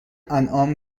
انعام